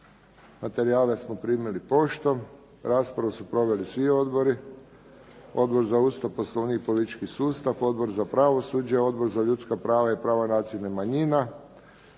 Materijale smo primili poštom. Raspravu su proveli svi odbori, Odbor za Ustav, Poslovnik i politički sustav, Odbor za pravosuđe, Odbor za ljudska prava i prava nacionalnih manjina,